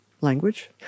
language